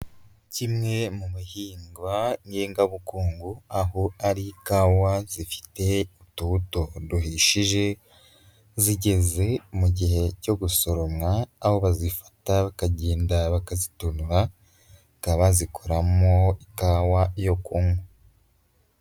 Kimwe mu bihingwa ngengabukungu aho ari ikawa zifite utubuto duhishije, zigeze mu gihe cyo gusoromwa, aho bazifata bakagenda bakazitonora, bakaba bazikoramo ikawa yo kunywa.